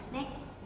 Next